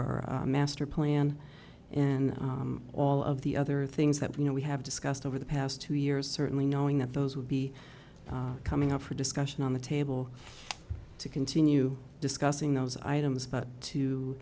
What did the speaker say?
our master plan and all of the other things that we know we have discussed over the past two years certainly knowing that those would be coming up for discussion on the table to continue discussing those items but to